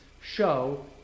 show